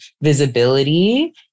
visibility